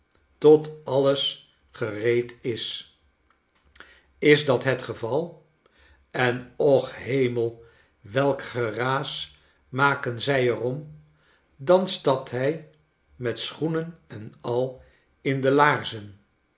tot alles gereed is is dat het geval en och hemel welk geraas maken zij er om dan stapt hij met schoenen en al in de laarzen